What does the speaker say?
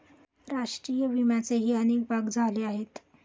राष्ट्रीय विम्याचेही अनेक भाग झाले आहेत